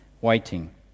waiting